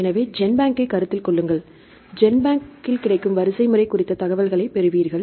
எனவே ஜென்பேங்கைக் கருத்தில் கொள்ளுங்கள் ஜென்பேங்கில் கிடைக்கும் வரிசைமுறை குறித்த தகவல்களைப் பெறுவீர்கள்